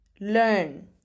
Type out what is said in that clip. learn